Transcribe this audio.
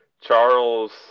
Charles